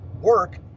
work